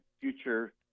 future